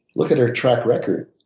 look at their track record.